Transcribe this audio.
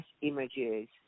images